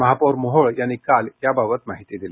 महापौर मोहोळ यांनी काल याबाबत माहिती दिली